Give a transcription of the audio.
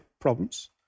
problems